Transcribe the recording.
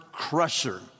Crusher